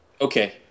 okay